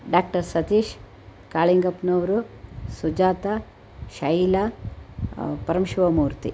doctor Satish ಕಾಳಿಂಗಪ್ಪನವ್ರು ಸುಜಾತ ಶೈಲ ಪರಮ ಶಿವಮೂರ್ತಿ